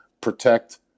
protect